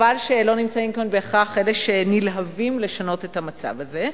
חבל שלא נמצאים כאן בהכרח אלה שנלהבים לשנות את המצב הזה.